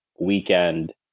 weekend